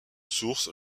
source